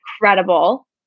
incredible